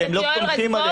כי הם לא סומכים עליכם.